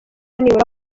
nibura